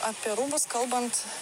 apie rūbus kalbant